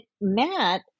Matt